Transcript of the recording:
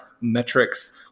metrics